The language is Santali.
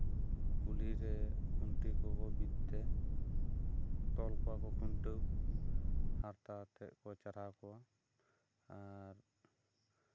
ᱠᱩᱞᱦᱤᱨᱮ ᱠᱷᱩᱱᱴᱤ ᱠᱚᱠᱚ ᱵᱤᱫᱛᱮ ᱛᱚᱞ ᱠᱚᱣᱟ ᱠᱚ ᱠᱷᱩᱱᱴᱟᱹᱣ ᱦᱟᱨᱛᱟ ᱟᱛᱮᱜ ᱠᱚ ᱪᱟᱨᱦᱟᱣ ᱠᱚᱣᱟ ᱟᱨ